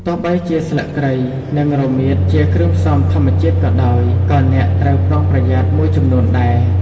ទោះបីជាស្លឹកគ្រៃ និងរមៀតជាគ្រឿងផ្សំធម្មជាតិក៏ដោយ ក៏អ្នកត្រូវប្រុងប្រយ័ត្នមួយចំនួនដែរ។